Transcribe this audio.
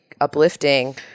uplifting